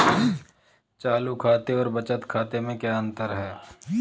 चालू खाते और बचत खाते में क्या अंतर है?